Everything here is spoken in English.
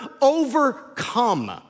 Overcome